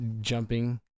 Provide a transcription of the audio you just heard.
jumping